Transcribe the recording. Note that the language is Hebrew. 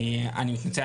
אני מתנצל,